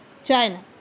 China